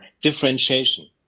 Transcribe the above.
differentiation